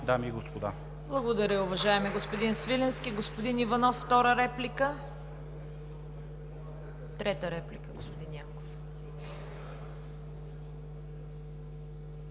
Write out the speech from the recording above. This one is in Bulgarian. КАРАЯНЧЕВА: Благодаря, уважаеми господин Свиленски! Господин Иванов – втора реплика. Трета реплика – господин Янков.